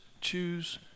choose